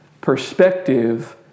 perspective